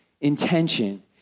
intention